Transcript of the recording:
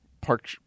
park